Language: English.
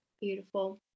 beautiful